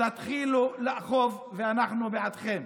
תתחילו לאכוף, ואנחנו בעדכם.